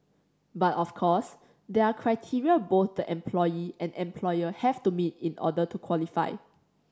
but of course there are criteria both the employee and employer have to meet in order to qualify